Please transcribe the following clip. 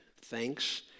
thanks